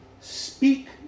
Speak